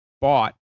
bought